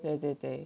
对对对